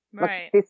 Right